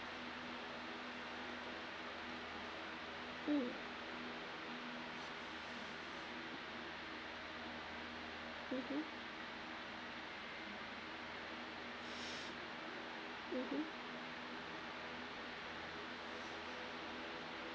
mm mmhmm mmhmm